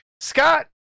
Scott